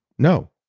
no.